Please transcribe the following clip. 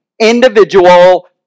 individual